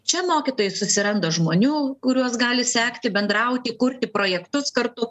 čia mokytojai susiranda žmonių kuriuos gali sekti bendrauti kurti projektus kartu